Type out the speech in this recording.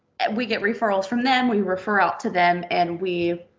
and we get referrals from them, we refer out to them, and we